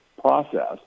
process